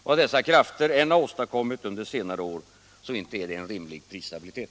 Vad dessa krafter än har åstadkommit under senare år, så inte är det en rimlig prisstabilitet.